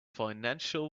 financial